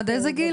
עד איזה גיל?